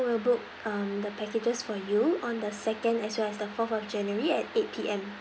we'll book um the packages for you on the second as well as the fourth of january at eight P_M